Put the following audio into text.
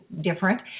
different